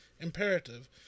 imperative